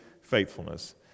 faithfulness